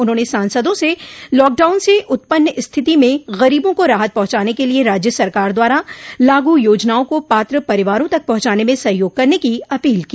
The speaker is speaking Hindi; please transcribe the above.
उन्होंने सांसदों से लॉकडाउन से उत्पन्न स्थिति में गरीबों को राहत पहुंचाने के लिये राज्य सरकार द्वारा लागू योजनाओं को पात्र परिवारों तक पहुंचाने में सहयोग करने की अपील की